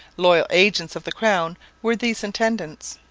loyal agents of the crown were these intendants.